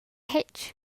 hitch